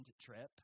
trip